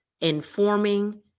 informing